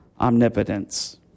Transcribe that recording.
omnipotence